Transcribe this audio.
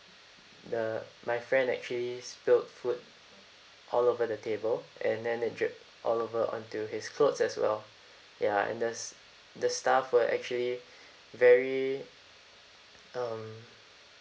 the my friend actually spilt food all over the table and then it dripped all over onto his clothes as well ya and the s~ the staff were actually very um